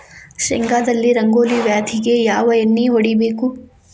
ಶೇಂಗಾದಲ್ಲಿ ರಂಗೋಲಿ ವ್ಯಾಧಿಗೆ ಯಾವ ಎಣ್ಣಿ ಹೊಡಿಬೇಕು?